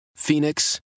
Phoenix